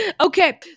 Okay